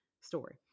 story